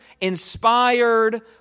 inspired